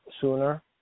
sooner